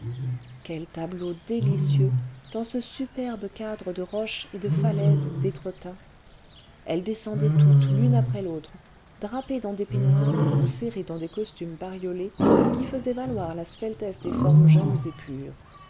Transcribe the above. quel tableau délicieux dans ce superbe cadre de roches et de falaises d'étretat elles descendaient toutes l'une après l'autre drapées dans des peignoirs ou serrées dans des costumes bariolés qui faisaient valoir la sveltesse'des formes jeunes et pures